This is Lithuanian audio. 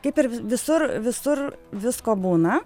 kaip ir vi visur visur visko būna